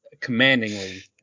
commandingly